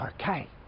okay